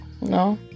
No